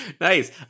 Nice